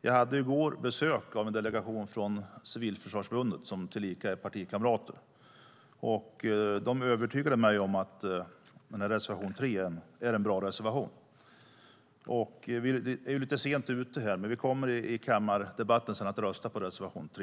går hade jag besök av en delegation från Civilförsvarsförbundet tillika partikamrater. De övertygade mig om att reservation 3 är en bra reservation. Vi är lite sent ute, men vi kommer efter kammardebatten att rösta på reservation 3.